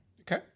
Okay